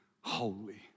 holy